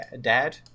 dad